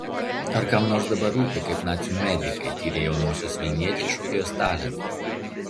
ar kam nors dabar rūpi kaip nacių medikai tyrė jaunos vilnietės šokėjos talentą